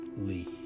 Lee